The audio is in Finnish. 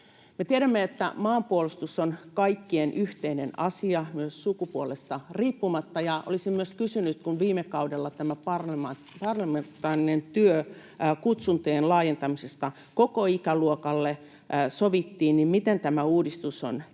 tiedämme, että maanpuolustus on kaikkien yhteinen asia, myös sukupuolesta riippumatta, ja olisin myös kysynyt: kun viime kaudella tämä parlamentaarinen työ kutsuntojen laajentamisesta koko ikäluokalle sovittiin, niin miten tämä uudistus on edennyt?